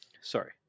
sorry